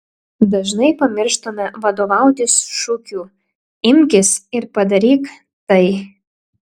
dažnai pamirštame vadovautis šūkiu imkis ir padaryk tai